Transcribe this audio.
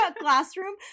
classroom